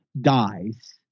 dies